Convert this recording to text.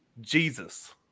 jesus